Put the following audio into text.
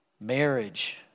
marriage